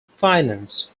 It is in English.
finance